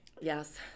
Yes